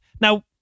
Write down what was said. Now